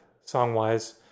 song-wise